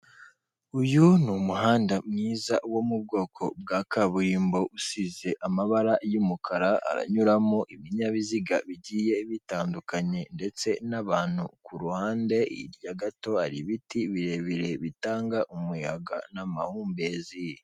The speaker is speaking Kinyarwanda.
Uyu ni umuhanda mwiza wo mu bwoko bwa kaburimbo usize amabara y'umukara, aranyuramo ibinyabiziga bigiye bitandukanye ndetse n'abantu, ku ruhande gato hari ibiti birebire bitanga umuyaga n'amahumbezi.